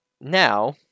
Now